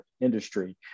industry